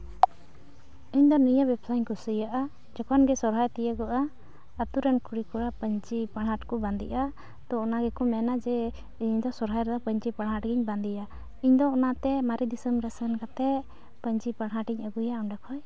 ᱤᱧ ᱫᱚ ᱱᱤᱭᱟᱹ ᱵᱮᱵᱥᱟᱧ ᱠᱩᱥᱤᱭᱟᱜᱼᱟ ᱡᱚᱠᱷᱚᱱ ᱜᱮ ᱥᱚᱨᱦᱟᱭ ᱛᱤᱭᱟᱹᱜᱚᱜᱼᱟ ᱟᱛᱳ ᱨᱮᱱ ᱠᱩᱲᱤ ᱠᱚᱲᱟ ᱯᱟᱹᱧᱪᱤ ᱯᱟᱲᱦᱟᱴ ᱠᱚ ᱵᱟᱸᱫᱮᱜᱼᱟ ᱛᱚ ᱚᱱᱟ ᱜᱮᱠᱚ ᱢᱮᱱᱟ ᱡᱮ ᱤᱧ ᱫᱚ ᱥᱚᱨᱦᱟᱭ ᱨᱮᱫᱚ ᱯᱟᱹᱧᱪᱤ ᱯᱟᱲᱦᱟᱴ ᱜᱮᱧ ᱵᱟᱸᱫᱮᱭᱟ ᱤᱧ ᱫᱚ ᱚᱱᱟᱛᱮ ᱢᱟᱨᱮ ᱫᱤᱥᱚᱢ ᱨᱮ ᱥᱮᱱ ᱠᱟᱛᱮ ᱯᱟᱹᱧᱪᱤ ᱯᱟᱲᱦᱟᱴᱤᱧ ᱟᱹᱜᱩᱭᱟ ᱚᱸᱰᱮ ᱠᱷᱚᱡ